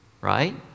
right